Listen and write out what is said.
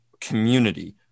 community